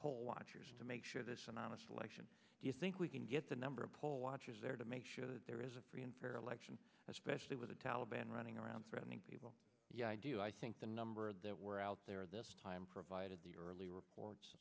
poll watchers to make sure this is an honest election do you think we can get the number of poll watchers there to make sure that there is a free and fair election especially with the taliban running around threatening people you know i do i think the number that were out there at this time provided the early reports